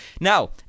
Now